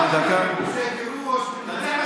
זה כיבוש, זה כיבוש.